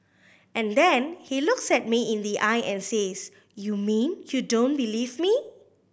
and then he looks at me in the eye and says you mean you don't believe me